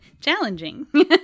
challenging